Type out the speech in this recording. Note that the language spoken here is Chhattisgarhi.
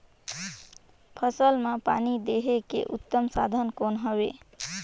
फसल मां पानी देहे के उत्तम साधन कौन हवे?